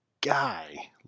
Guy